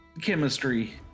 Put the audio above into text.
chemistry